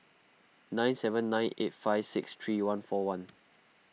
nine seven nine eight five six three one four one